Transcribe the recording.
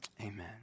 Amen